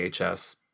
AHS